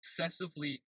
obsessively